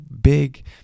big